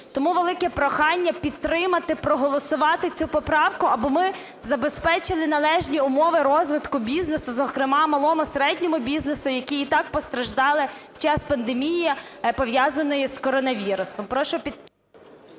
Тому велике прохання підтримати, проголосувати цю поправку, аби ми забезпечили належні умови розвитку бізнесу, зокрема малого і середнього бізнесу, які і так постраждали в час пандемії, пов'язаної з коронавірусом.